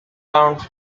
around